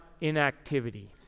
inactivity